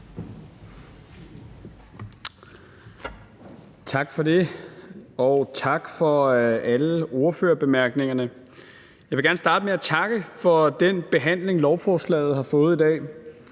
Tak for det, og tak for alle ordførerbemærkningerne. Jeg vil gerne starte med at takke for den behandling, lovforslaget har fået i dag.